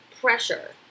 pressure